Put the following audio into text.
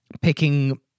picking